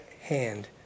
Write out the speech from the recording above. hand